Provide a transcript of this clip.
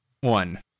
one